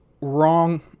wrong